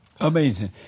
Amazing